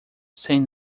sem